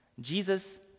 Jesus